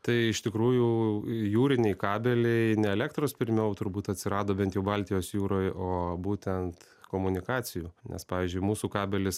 tai iš tikrųjų jūriniai kabeliai ne elektros pirmiau turbūt atsirado bent jau baltijos jūroje o būtent komunikacijų nes pavyzdžiui mūsų kabelis